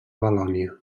valònia